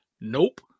nope